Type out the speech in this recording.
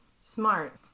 Smart